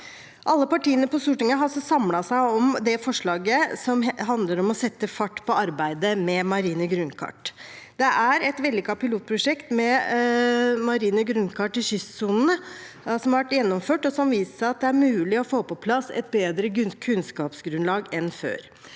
Alle partiene på Stortinget har samlet seg om forslaget som handler om å sette fart på arbeidet med marine grunnkart. Det er et vellykket pilotprosjekt med marine grunnkart i kystsonen som har vært gjennomført, og som har vist at det er mulig å få på plass et bedre kunnskapsgrunnlag enn før